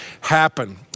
happen